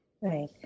Right